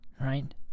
right